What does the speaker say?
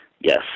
Yes